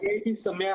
אני הייתי שמח.